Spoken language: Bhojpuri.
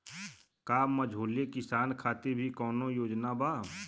का मझोले किसान खातिर भी कौनो योजना बा?